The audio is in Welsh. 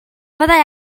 fyddai